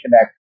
Act